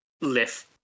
lift